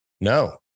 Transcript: no